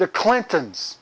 the clintons